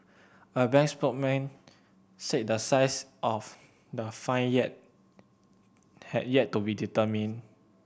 a bank spokesman said the size of the fine yet had yet to be determined